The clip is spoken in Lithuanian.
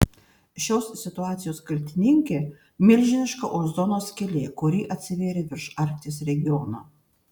šios situacijos kaltininkė milžiniška ozono skylė kuri atsivėrė virš arkties regiono